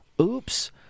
Oops